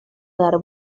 dar